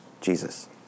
Jesus